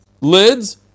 lids